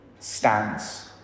stands